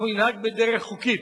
אנחנו ננהג בדרך חוקית.